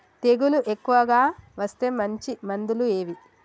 తెగులు ఎక్కువగా వస్తే మంచి మందులు ఏవి?